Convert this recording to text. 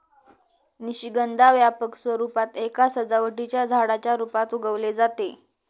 निशिगंधा व्यापक स्वरूपात एका सजावटीच्या झाडाच्या रूपात उगवले जाते